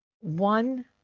one